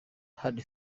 had